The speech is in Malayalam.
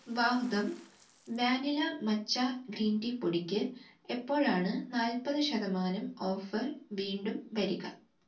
Vahdam vanilla matcha green tea പൊടിയ്ക്ക് എപ്പോഴാണ് നാൽപ്പത് ശതമാനം ഓഫർ വീണ്ടും വരിക